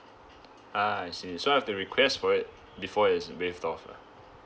ah I see so I have to request for it before it's waived off lah